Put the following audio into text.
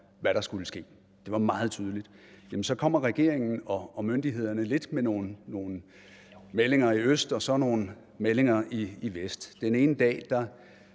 hvad der skulle ske – det var meget tydeligt – så kommer regeringen og myndighederne lidt med nogle meldinger i øst og så nogle meldinger i vest. Den ene dag laver